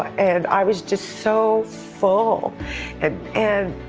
and i was just so full and and